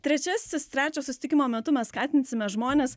trečiasis trečio susitikimo metu mes skatinsime žmones